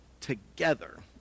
together